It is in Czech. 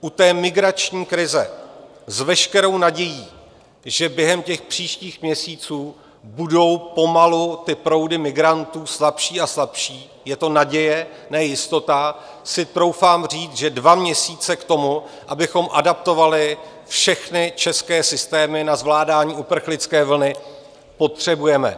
U té migrační krize s veškerou nadějí, že během příštích měsíců budou pomalu ty proudy migrantů slabší a slabší, je to naděje, ne jistota, si troufám říct, že dva měsíce k tomu, abychom adaptovali všechny české systémy na zvládání uprchlické vlny, potřebujeme.